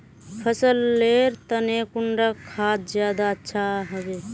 फसल लेर तने कुंडा खाद ज्यादा अच्छा हेवै?